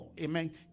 amen